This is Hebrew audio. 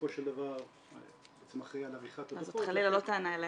בסופו של דבר --- זאת חלילה לא טענה אליך.